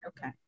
Okay